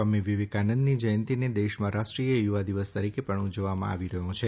સ્વામી વિવેકાનંદની જયંતિને દેશમાં રાષ્ટ્રીય યુવા દિવસ તરીકે પણ ઉજવાય છે